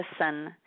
listen